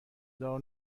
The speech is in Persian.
دار